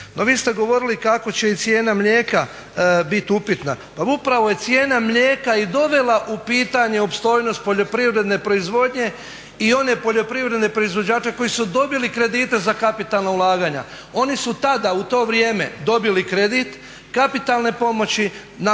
No, vi ste govorili kako će i cijena mlijeka biti upitna. Pa upravo je cijena mlijeka i dovela u pitanje opstojnost poljoprivredne proizvodnje i one poljoprivredne proizvođače koji su dobili kredite za kapitalna ulaganja. Oni su tada u to vrijeme dobili kredit kapitalne pomoći na